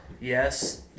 Yes